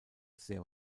sehr